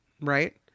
right